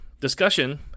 Discussion